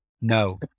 No